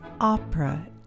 opera